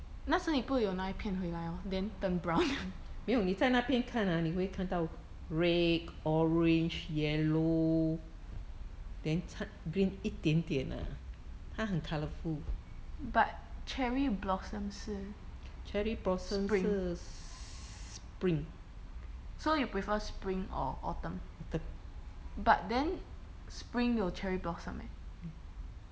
那时你不有拿一片回来 lor then turn brown 了 but cherry blossom 是 spring so you prefer spring or autumn but then spring 有 cherry blossom eh